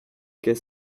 qu’est